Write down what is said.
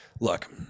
look